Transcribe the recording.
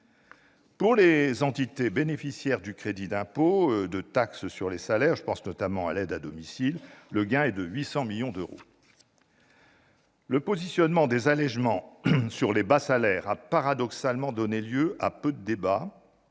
Pour les entités bénéficiaires du crédit d'impôt de taxe sur les salaires, le CITS,- je pense notamment à l'aide à domicile -, le gain est de 800 millions d'euros. Le positionnement des allégements sur les bas salaires a paradoxalement donné lieu à peu de débats,